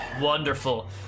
Wonderful